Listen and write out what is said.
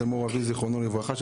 אבי זכרונו לברכה,